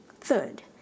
Third